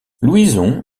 louison